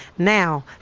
Now